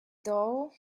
doll